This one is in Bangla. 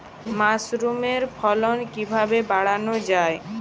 মাসরুমের ফলন কিভাবে বাড়ানো যায়?